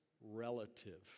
relative